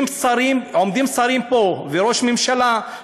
עומדים שרים פה וראש ממשלה,